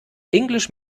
english